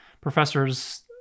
professors